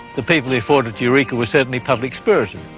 the people who fought at eureka were certainly public spirited,